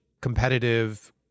competitive